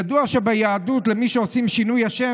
ידוע שביהדות מי שעושים לו שינוי שם